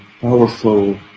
powerful